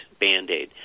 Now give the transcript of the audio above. Band-Aid